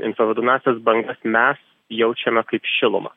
infraraudonąsias bangas mes jaučiame kaip šilumą